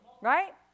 right